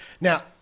now